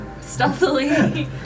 stealthily